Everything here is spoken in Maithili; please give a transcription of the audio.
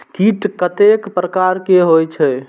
कीट कतेक प्रकार के होई छै?